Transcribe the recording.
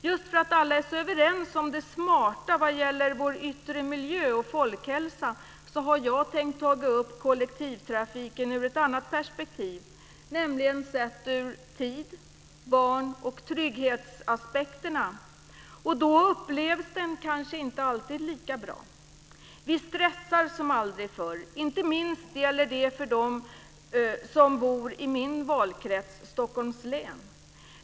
Just för att alla är överens om det smarta vad gäller vår yttre miljö och folkhälsa har jag tänkt ta upp kollektivtrafiken ur ett annat perspektiv, nämligen tids-, barn och trygghetsaspekterna. Då upplevs den kanske inte alltid lika bra. Vi stressar som aldrig förr, inte minst gäller det för dem som bor i min valkrets, Stockholms län.